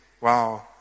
wow